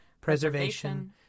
preservation